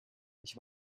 ich